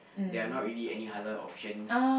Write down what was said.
there are not really any halal options